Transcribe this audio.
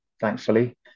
Thankfully